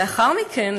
לאחר מכן,